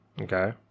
okay